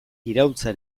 iraultza